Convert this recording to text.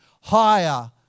higher